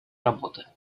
работы